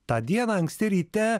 tą dieną anksti ryte